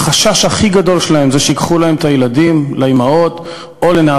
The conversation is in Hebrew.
והחשש הכי גדול של האימהות הוא שייקחו להן את הילדים,